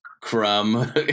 crumb